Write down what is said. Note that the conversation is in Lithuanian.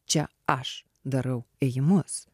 čia aš darau ėjimus